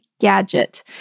gadget